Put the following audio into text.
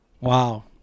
Wow